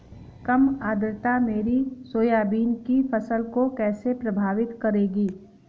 कम आर्द्रता मेरी सोयाबीन की फसल को कैसे प्रभावित करेगी?